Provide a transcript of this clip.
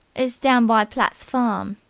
it's down by platt's farm.